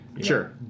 Sure